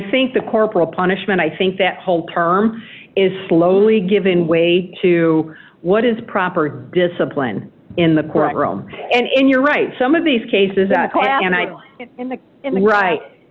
think the corporal punishment i think that whole term is slowly given way to what is proper discipline in the courtroom and in you're right some of these cases and i don't in the in the right